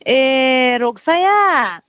ए रग्साया